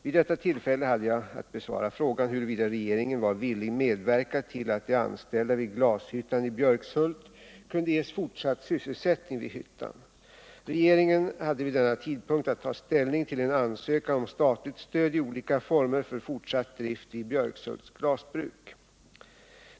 Vid detta tillfälle hade jag att besvara frågan huruvida regeringen var villig medverka till att de anställda vid glashyttan i Björkshult kunde ges fortsatt sysselsättning vid hyttan. Regeringen hade vid denna tidpunkt att ta ställning till en ansökan om statligt stöd i olika former för fortsatt drift vid Björkshults glasbruk.